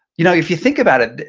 you know if you think about it,